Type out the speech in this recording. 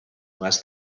less